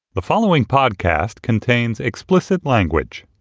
the following podcast contains explicit language